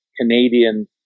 Canadian